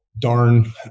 darn